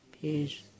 peace